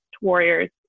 warriors